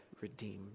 redeemed